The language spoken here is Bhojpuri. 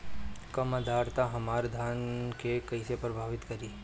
कम आद्रता हमार धान के कइसे प्रभावित करी?